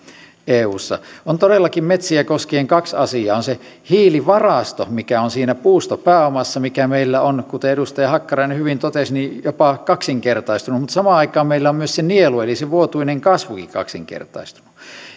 eussa on todellakin metsiä koskien kaksi asiaa on se hiilivarasto mikä on siinä puustopääomassa mikä meillä on kuten edustaja hakkarainen hyvin totesi jopa kaksinkertaistunut mutta samaan aikaan meillä on myös se nielu eli se vuotuinen kasvukin kaksinkertaistunut